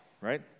right